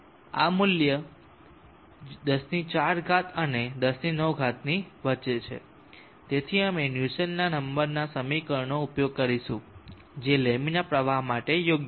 આ મૂલ્ય તેથી આ મૂલ્ય 104 અને 109 ની વચ્ચે છે તેથી અમે નુસ્સેલ્ટના નંબરના સમીકરણનો ઉપયોગ કરીશું જે લેમિનર પ્રવાહ માટે યોગ્ય છે